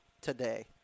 today